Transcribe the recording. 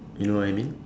you know what I mean